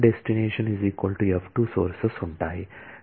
sources ఉంటాయి